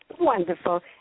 Wonderful